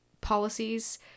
policies